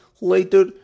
later